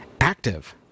active